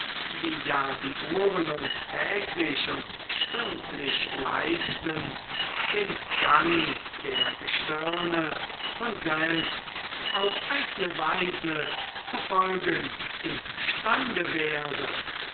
wie ja die uhren uns täglich und stündlich leisten dem gang der gestirne von selbst auf eigne weise zu folgen imstande wäre